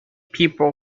people